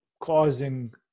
causing